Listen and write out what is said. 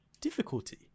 difficulty